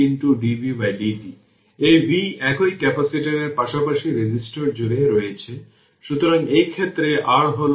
এই v একই ক্যাপাসিটরের পাশাপাশি রেজিস্টর জুড়ে রয়েছে